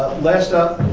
last up